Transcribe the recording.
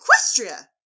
equestria